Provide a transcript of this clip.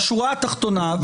בשורה התחתונה,